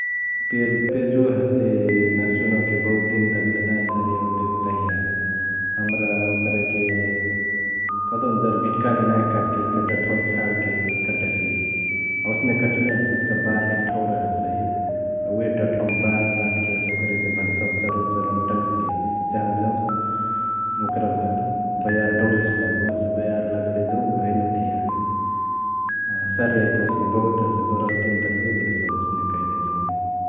प्यजुवा हसे नहसुनवाके बहुत दिन तकले नाँही सर्याओके देओके तहिया, हमरा ओकरके कहदेउन जरभिट्काने नाँही काटके इचिका डठवा छाडके कटसी । ओसने कटले हसे इचिका बान्हेके ठौरा हसई । उहे डंठवा बान्हबान्हके हसे ओकरके भन्सवक चारवा चारवामा टङसी जहाँजौं ओकरमा बयार डौलेसे लागो । हसे बयार लगले जौं उअ हैने ओथिया सर्याय पौसिय, बहुत हसे बरस दिन तकले जेसउ ओसने कर्ले जौं ।